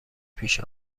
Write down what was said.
پیش